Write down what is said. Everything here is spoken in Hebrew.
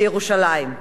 בירושלים.